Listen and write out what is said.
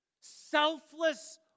selfless